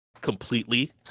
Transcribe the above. completely